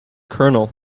colonel